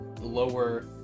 lower